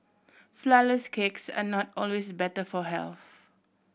flourless cakes are not always better for health